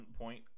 point